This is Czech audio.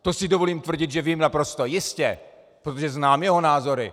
To si dovolím tvrdit, že vím naprosto jistě, protože znám jeho názory.